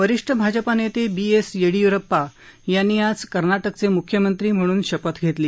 वरीष्ठ भाजपा नेते B S Yediyurappa यांनी आज कर्नाटकचे मुख्यमंत्री म्हणून चौथ्यंदा शपथ घेतली